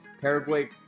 paraguay